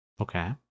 Okay